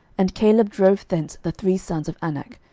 and caleb drove thence the three sons of anak,